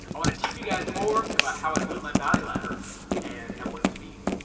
i want to teach you guys more about how i build my value ladder and at what speed.